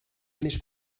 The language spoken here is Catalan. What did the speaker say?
més